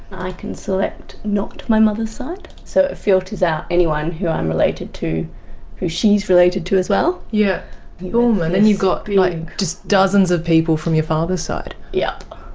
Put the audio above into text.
i can select not my mother's side so it filters out anyone who i'm related to who she's related to as well. yeah oh um and then you've got like just dozens of people from your father's side. yup,